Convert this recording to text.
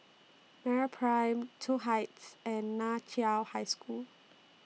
Meraprime Toh Heights and NAN Chiau High School